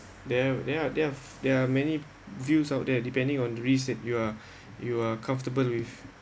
there're there are there are there are many views out there depending on risks you are you are comfortable with